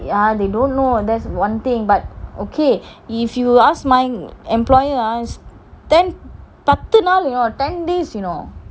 ya they don't know that's one thing but okay if you ask mine employer ah ten பாத்து நாள்:paathu naal ten days you know